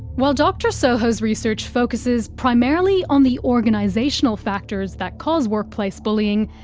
while dr sojo's research focuses primarily on the organisational factors that cause workplace bullying,